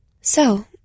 So